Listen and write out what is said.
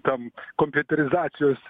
tam kompiuterizacijos